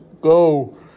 go